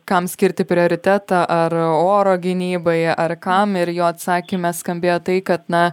kam skirti prioritetą ar oro gynybai ar kam ir jo atsakyme skambėjo tai kad na